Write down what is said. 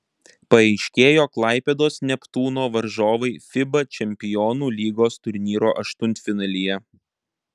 paaiškėjo klaipėdos neptūno varžovai fiba čempionų lygos turnyro aštuntfinalyje